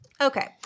okay